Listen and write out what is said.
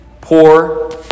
poor